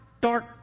dark